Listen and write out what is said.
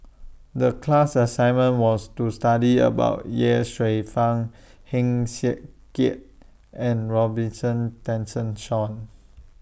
The class assignment was to study about Ye Shufang Heng Swee Keat and Robin Tessensohn